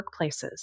workplaces